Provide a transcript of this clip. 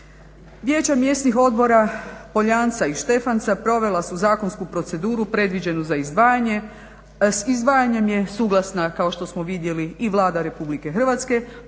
Vijeća mjesnih odbora Poljanca i Štefanca provela su zakonsku proceduru predviđenu za izdvajanje. Izdvajanjem je suglasna kao što smo vidjeli i Vlada Republike Hrvatske